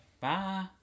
Bye